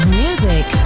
music